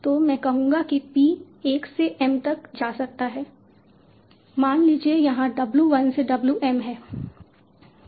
तो मैं कहूंगा कि p एक से m तक जा सकता है मान लीजिए यहां W 1 से W m हैं